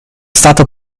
stato